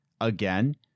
again